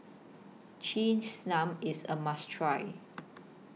Cheese Naan IS A must Try